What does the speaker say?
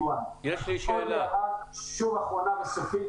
יש לי שאלה ---- הערה אחרונה וסופית,